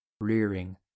rearing